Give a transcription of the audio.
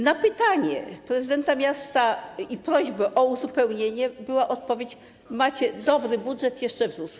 Na pytanie prezydenta miasta i prośby o uzupełnienie była odpowiedź: macie dobry budżet, jeszcze wzrósł.